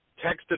texted